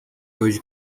hoje